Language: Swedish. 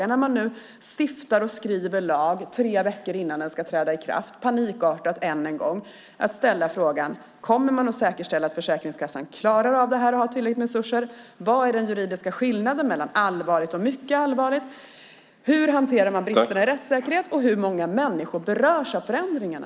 När man nu stiftar och skriver en lag tre veckor innan den ska träda i kraft, panikartat än en gång, tycker jag inte att det är orimligt att fråga: Kommer man att säkerställa att Försäkringskassan klarar av det här och har tillräckligt med resurser? Vad är den juridiska skillnaden mellan allvarligt sjuk och mycket allvarligt sjuk? Hur hanterar man bristerna i rättssäkerhet? Och hur många människor berörs av förändringarna?